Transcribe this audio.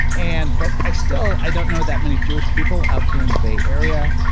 and but i still i don't know that many jewish people out here in the bay area.